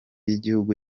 y’igihugu